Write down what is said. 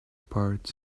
parts